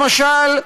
למשל,